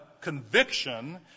conviction